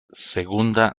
segunda